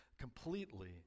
completely